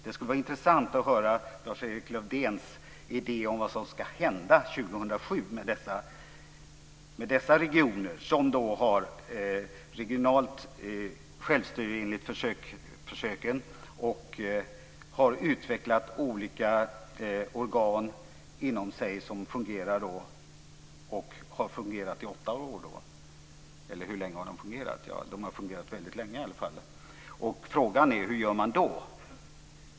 Det skulle vara intressant att höra Lars-Erik Lövdéns idé om vad som ska hända 2007 med dessa regioner, som då har regionalt självstyre enligt försöken och har utvecklat olika organ inom sig som då har fungerat i åtta år. De har i alla fall fungerat väldigt länge. Frågan är hur man gör då.